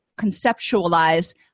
conceptualize